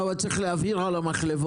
לא, אבל צריך להבהיר על המחלבות.